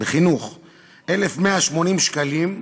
1,180 שקלים,